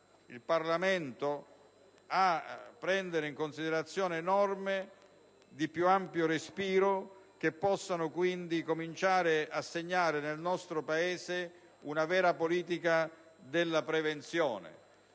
Il Parlamento quindi dovrà prendere in considerazione norme di più ampio respiro, che possano cominciare a segnare nel nostro Paese una vera politica della prevenzione